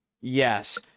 Yes